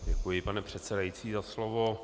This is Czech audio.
Děkuji, pane předsedající, za slovo.